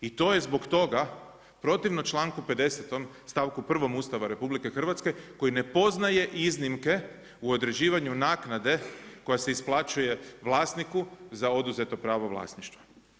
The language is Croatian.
I to je zbog toga protivno članku 50. stavku 1. Ustava RH, koji ne poznaje iznimke u određivanju naknade koja se isplaćuje vlasniku za oduzeto pravo vlasništva.